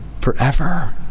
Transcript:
forever